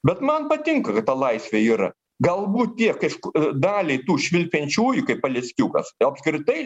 bet man patinka kad ta laisvė yra galbūt tiek aišku daliai tų švilpiančiųjų kaip paleckiukas apskritai